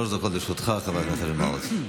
שלוש דקות לרשותך, חבר הכנסת מעוז.